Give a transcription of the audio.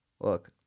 Look